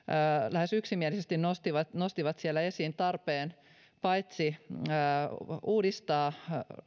lähes yksimielisesti nostivat nostivat esiin paitsi tarpeen uudistaa